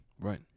Right